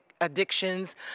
addictions